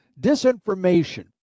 disinformation